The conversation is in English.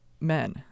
men